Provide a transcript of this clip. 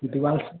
ये दिवार से